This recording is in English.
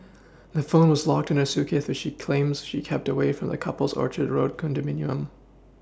the phone was locked in her suitcase which she claims she kept away from the couple's Orchard road condominium